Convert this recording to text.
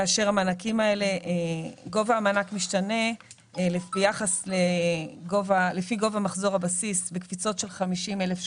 כאשר גובה המענק משתנה לפי גובה מחזור הבסיס בקפיצות של 50 אלף שקלים.